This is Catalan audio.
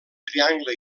triangle